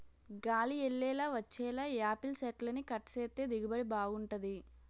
గాలి యెల్లేలా వచ్చేలా యాపిల్ సెట్లని కట్ సేత్తే దిగుబడి బాగుంటది